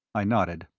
i nodded.